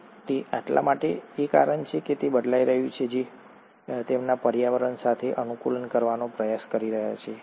શું તે એટલા માટે છે કારણ કે તે બદલાઈ રહ્યું છે કારણ કે તેઓ તેમના પર્યાવરણ સાથે અનુકૂલન કરવાનો પ્રયાસ કરી રહ્યા છે